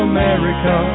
America